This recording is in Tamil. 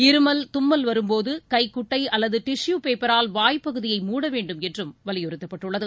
இருமல் தும்மல் வரும்போது கைகுட்டை அல்லது டிஷு பேப்பரால் வாய் பகுதியை மூட வேண்டும் என்றும் வலியுறுத்தப்பட்டுள்ளது